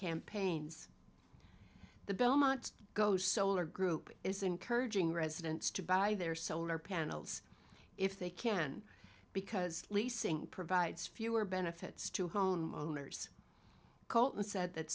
campaigns the belmont go solar group is encouraging residents to buy their solar panels if they can because leasing provides fewer benefits to homeowners coltan said that